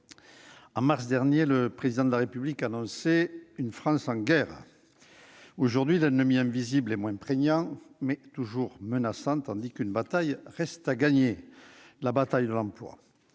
en mars dernier, le Président de la République annonçait une France « en guerre ». Aujourd'hui, l'ennemi invisible est moins prégnant, mais toujours menaçant, tandis qu'une bataille reste à gagner : celle de l'emploi.